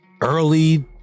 early